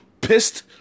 pissed